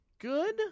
good